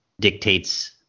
dictates